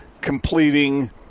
completing